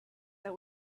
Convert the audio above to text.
that